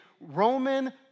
Roman